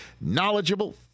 knowledgeable